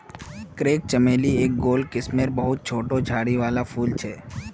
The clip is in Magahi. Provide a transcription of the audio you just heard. क्रेप चमेली एक गोल किस्मेर बहुत छोटा झाड़ी वाला फूल छे